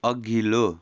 अघिल्लो